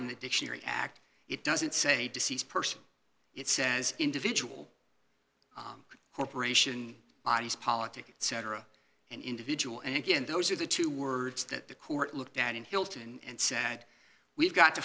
in the dictionary act it doesn't say deceased person it says individual corporation body politic cetera and individual and again those are the two words that the court looked at in hilton and said we've got to